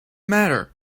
matter